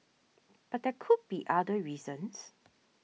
but there could be other reasons